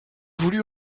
voulu